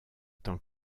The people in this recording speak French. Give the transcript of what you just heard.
tant